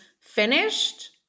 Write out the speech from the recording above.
finished